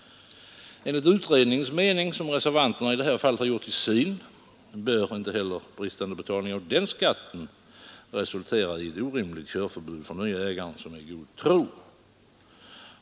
Enligt utredningens mening, som reservanterna i det här fallet har gjort till sin, bör inte heller bristande betalning av den skatten resultera i ett orimligt körförbud för den nye ägaren, som är i god tro.